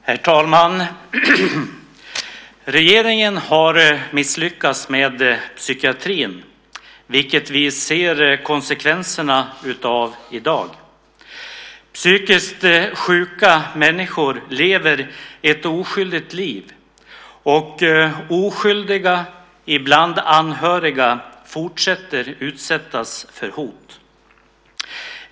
Herr talman! Regeringen har misslyckats med psykiatrin, vilket vi ser konsekvenserna av i dag. Psykiskt sjuka människor lever ett ovärdigt liv, och oskyldiga, ibland anhöriga, fortsätter att utsättas för hot.